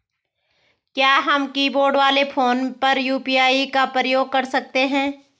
क्या हम कीबोर्ड वाले फोन पर यु.पी.आई का प्रयोग कर सकते हैं?